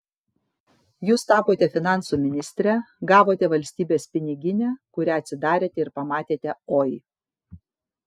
jūs tapote finansų ministre gavote valstybės piniginę kurią atsidarėte ir pamatėte oi